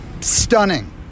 stunning